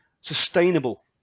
sustainable